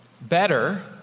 Better